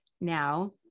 now